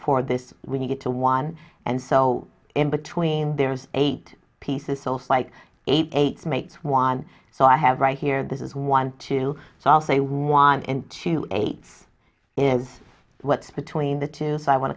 for this when you get to one and so in between there's eight pieces so flight eight eight makes one so i have right here this is one two so i'll say one in two eights is what's between the two psi want